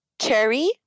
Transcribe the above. Cherry